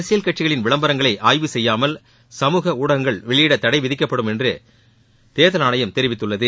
அரசியல் கட்சிகளின் விளம்பரங்களை ஆய்வு செய்யாமல் சமூக ஊடகங்களில் வெளியிட தடை விதிக்கப்படும் என்று தேர்தல் ஆணையம் தெரிவித்துள்ளது